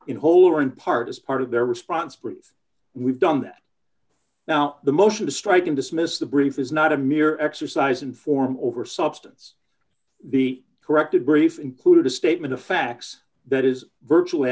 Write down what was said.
in whole or in part as part of their response please we've done that now the motion to strike and dismiss the brief is not a mere exercise in form over substance the corrected brief included a statement of facts that is virtually